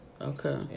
Okay